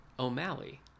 O'Malley